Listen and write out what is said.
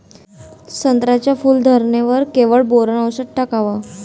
संत्र्याच्या फूल धरणे वर केवढं बोरोंन औषध टाकावं?